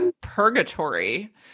purgatory